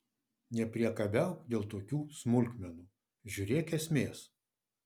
nepriekabiauk dėl tokių smulkmenų žiūrėk esmės